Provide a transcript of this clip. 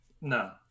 no